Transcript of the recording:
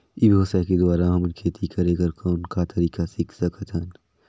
ई व्यवसाय के द्वारा हमन खेती करे कर कौन का तरीका सीख सकत हन?